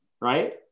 Right